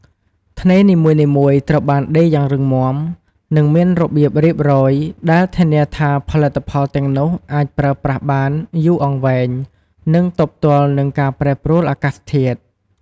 ថ្នេរនីមួយៗត្រូវបានដេរយ៉ាងរឹងមាំ និងមានរបៀបរៀបរយ ដែលធានាថាផលិតផលទាំងនោះអាចប្រើប្រាស់បានយូរអង្វែង និងទប់ទល់នឹងការប្រែប្រួលអាកាសធាតុ។